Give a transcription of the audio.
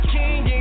King